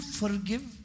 forgive